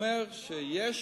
אומר שיש